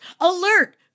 alert